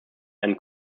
einen